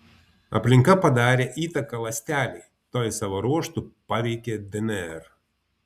aplinka padarė įtaką ląstelei toji savo ruožtu paveikė dnr